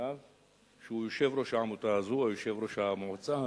שהוא יושב-ראש העמותה הזאת או יושב-ראש המועצה הזאת,